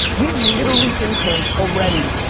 we have literally interns, already,